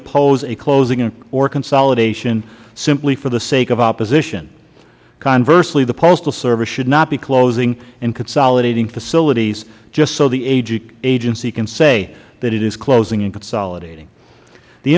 oppose a closing or consolidation simply for the sake of opposition conversely the postal service should not be closing and consolidating facilities just so the agency can say that it is closing and consolidating the